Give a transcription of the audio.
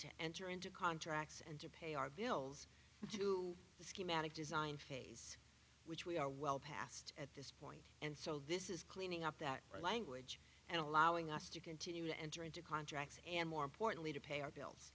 to enter into contracts and to pay our bills due to the schematic design phase which we are well past at point and so this is cleaning up that language and allowing us to continue to enter into contracts and more importantly to pay our bills